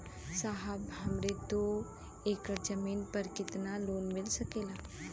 साहब हमरे दो एकड़ जमीन पर कितनालोन मिल सकेला?